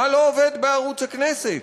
מה לא עובד בערוץ הכנסת?